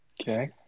Okay